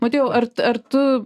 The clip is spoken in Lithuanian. motiejau ar ar tu